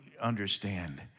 understand